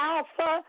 Alpha